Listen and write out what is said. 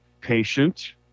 patient